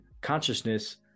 consciousness